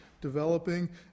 developing